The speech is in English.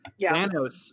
Thanos